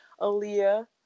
Aaliyah